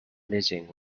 missing